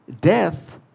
Death